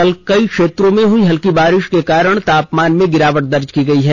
कल कई क्षेत्रों में हुई हल्की वर्षा के कारण तापमान में गिरावट दर्ज की गई है